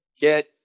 Get